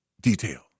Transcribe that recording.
detail